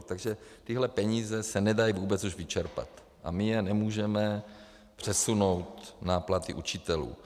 Takže tyhle peníze se nedají vůbec už vyčerpat a my je nemůžeme přesunout na platy učitelů.